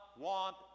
want